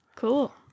Cool